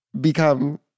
Become